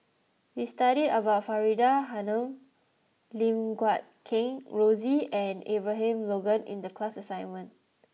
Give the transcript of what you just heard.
we studied about Faridah Hanum Lim Guat Kheng Rosie and Abraham Logan in the class assignment